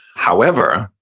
however,